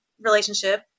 relationship